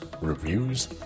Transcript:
reviews